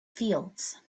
fields